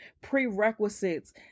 prerequisites